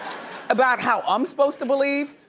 about how i'm suppose to believe.